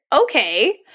okay